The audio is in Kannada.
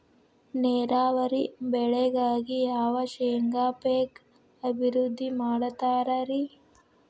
ನೇರಾವರಿ ಬೆಳೆಗಾಗಿ ಯಾವ ಶೇಂಗಾ ಪೇಕ್ ಅಭಿವೃದ್ಧಿ ಮಾಡತಾರ ರಿ?